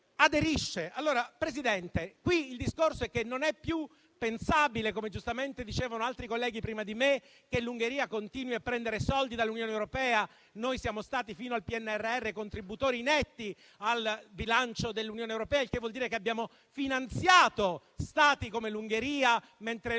Presidente, qui il discorso è che non è più pensabile - come giustamente dicevano altri colleghi prima di me - che l'Ungheria continui a prendere soldi dall'Unione europea. Fino al PNRR, noi siamo stati contributori netti al bilancio dell'Unione europea; ciò vuol dire che abbiamo finanziato stati come l'Ungheria, mentre loro